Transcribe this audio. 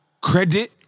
Credit